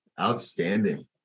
Outstanding